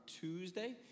Tuesday